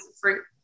fruit